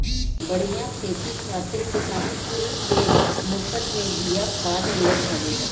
बढ़िया खेती खातिर किसान कुल के मुफत में बिया खाद मिलत हवे